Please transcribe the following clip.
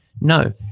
No